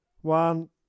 One